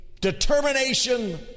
determination